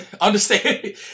Understand